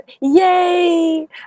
yay